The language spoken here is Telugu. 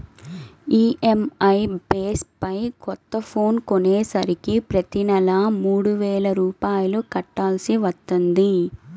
ఈఎంఐ బేస్ పై కొత్త ఫోన్ కొనేసరికి ప్రతి నెలా మూడు వేల రూపాయలు కట్టాల్సి వత్తంది